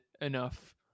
enough